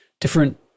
different